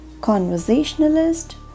conversationalist